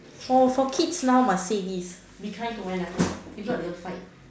for for kids now must say this be kind to one another if not they will fight